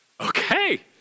Okay